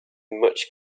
much